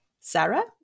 Sarah